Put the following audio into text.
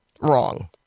Wrong